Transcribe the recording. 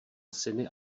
syny